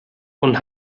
und